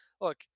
look